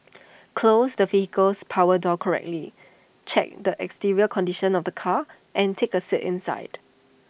close the vehicle's power door correctly check the exterior condition of the car and take A sat inside